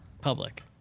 public